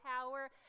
power